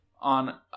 on